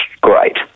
great